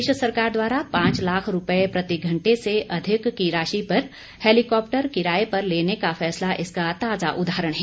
प्रदेश सरकार द्वारा पांच लाख रूपये प्रतिघंटे से अधिक की राशि पर हैलीकॉप्टर किराए पर लेने का फैसला इसका ताजा उदाहरण है